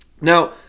Now